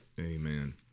Amen